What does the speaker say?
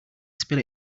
spill